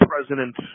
president